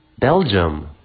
Belgium